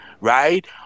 right